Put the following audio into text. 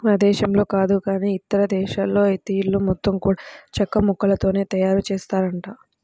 మన దేశంలో కాదు గానీ ఇదేశాల్లో ఐతే ఇల్లు మొత్తం గూడా చెక్కముక్కలతోనే తయారుజేత్తారంట